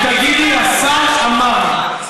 ותגידי: השר אמר,